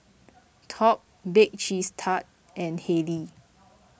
Top Bake Cheese Tart and Haylee